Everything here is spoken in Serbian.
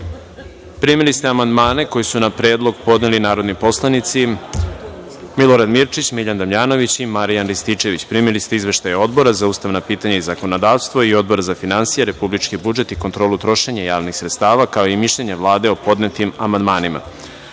ste amandmane koji su na predlog podneli narodni poslanici Milorad Mirčić, Miljan Damjanović i Marijan Rističević. Primili ste izveštaje Odbora za ustavna pitanja i zakonodavstvo i Odbora za finansije, republički budžet i kontrolu trošenja javnih sredstava, kao i mišljenje Vlade o podnetim amandmanima. Pošto